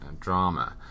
Drama